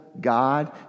God